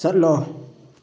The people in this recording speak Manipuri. ꯆꯠꯂꯣ